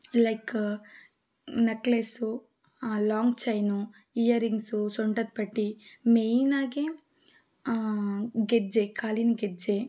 like necklace long chain earrings ಸೊಂಟದ ಪಟ್ಟಿ main ಆಗಿ ಗೆಜ್ಜೆ ಕಾಲಿನ ಗೆಜ್ಜೆ